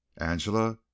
angela